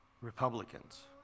Republicans